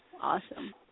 Awesome